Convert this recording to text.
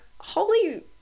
holy